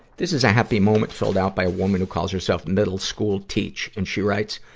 this is a happy moment filled out by a woman who calls herself middle school teach. and she writes,